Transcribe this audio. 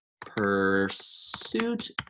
pursuit